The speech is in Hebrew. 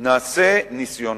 נעשה ניסיונות,